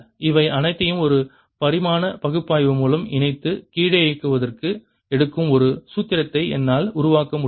இவை அனைத்தையும் ஒரு பரிமாண பகுப்பாய்வு மூலம் இணைத்து கீழே இறங்குவதற்கு எடுக்கும் ஒரு சூத்திரத்தை என்னால் உருவாக்க முடியும்